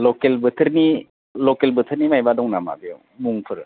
लकेल बोथोरनि लकेल बोथोरनि मायबा दं नामा बेयाव मुंफोर